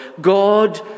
God